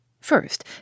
first